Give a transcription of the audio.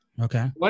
Okay